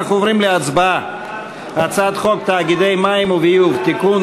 אנחנו עוברים להצבעה על הצעת חוק תאגידי מים וביוב (תיקון,